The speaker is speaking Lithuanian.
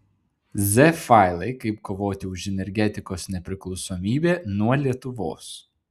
z failai kaip kovoti už energetikos nepriklausomybę nuo lietuvos